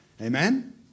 amen